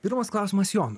pirmas klausimas jonu